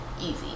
easy